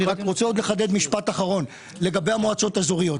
אני רוצה לחדד לגבי המועצות האזוריות.